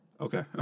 Okay